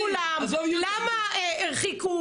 דרך אגב,